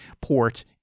port